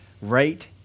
right